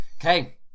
Okay